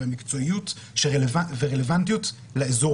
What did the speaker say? מקצועיות ורלוונטיות לאזור